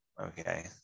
okay